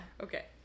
okay